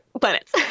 planets